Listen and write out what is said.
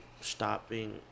stopping